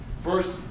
First